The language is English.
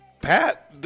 Pat